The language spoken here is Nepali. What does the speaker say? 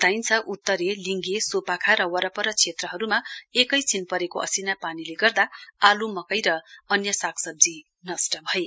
बताइन्छ उत्तरे लिङगे सोपाखा र वरपर क्षेत्रहरूमा एकै दिन परेको असिना पानीले गर्दा आलु मकै र अन्य सागसब्जी नष्ट भए